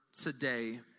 today